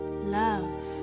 Love